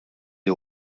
des